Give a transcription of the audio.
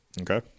Okay